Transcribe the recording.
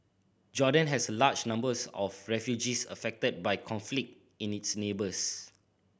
Jordan has a large numbers of refugees affected by conflict in its neighbours